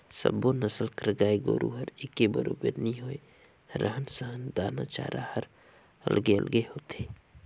सब्बो नसल कर गाय गोरु हर एके बरोबर नी होय, रहन सहन, दाना चारा हर अलगे अलगे होथे